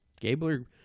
Gabler